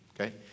okay